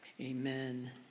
Amen